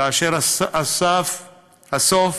כאשר הסוף